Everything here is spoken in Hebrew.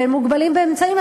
והם מוגבלים באמצעים,